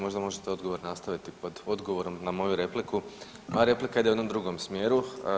Možda možete odgovor nastaviti pod odgovorom na moju repliku, a replika ide u jednom drugom smjeru.